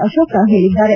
ಅಶೋಕ ಹೇಳಿದ್ದಾರೆ